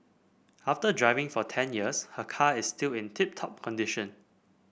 after driving for ten years her car is still in tip top condition